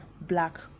Black